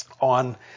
on